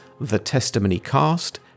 thetestimonycast